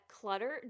clutter